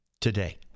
today